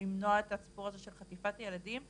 וכך למנוע את הסיפור הזה של חטיפת ילדים,